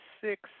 six